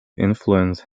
influence